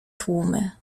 tłumy